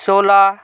सोह्र